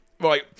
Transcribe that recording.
right